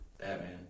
Batman